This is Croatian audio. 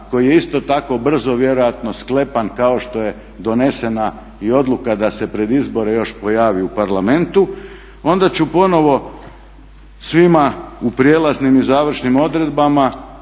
koji je isto tako brzo vjerojatno sklepan kao što je donesena odluka da se pred izbor još pojavi u Parlamentu, onda ću ponovno svima u prijelaznim i završnim odredbama